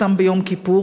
צם ביום כיפור,